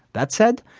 that said,